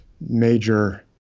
major